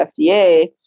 FDA